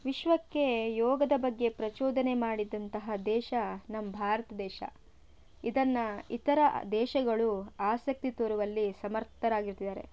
ವಿಶ್ವಕ್ಕೆ ಯೋಗದ ಬಗ್ಗೆ ಪ್ರಚೋದನೆ ಮಾಡಿದಂತಹ ದೇಶ ನಮ್ಮ ಭಾರತ ದೇಶ ಇದನ್ನ ಇತರ ದೇಶಗಳು ಆಸಕ್ತಿ ತೋರುವಲ್ಲಿ ಸಮರ್ಥರಾಗಿದ್ದಾರೆ